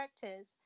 characters